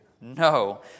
No